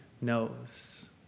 knows